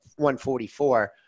144